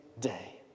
day